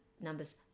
numbers